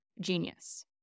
genius